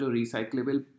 recyclable